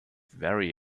very